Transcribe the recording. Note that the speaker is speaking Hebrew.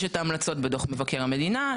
יש את ההמלצות בדוח מבקר המדינה,